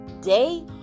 day